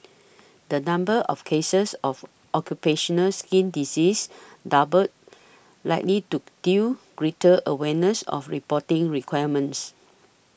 the number of cases of occupational skin disease doubled likely to due greater awareness of reporting requirements